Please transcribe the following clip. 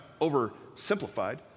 oversimplified